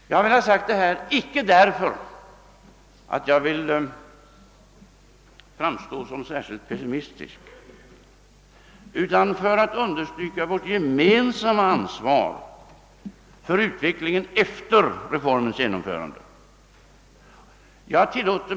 Jag har velat säga detta icke därför att jag vill framstå som särskilt pessi mistisk utan för att understryka vårt gemensamma ansvar för utvecklingen efter reformens genomförande.